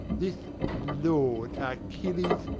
this lord, achilles,